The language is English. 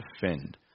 defend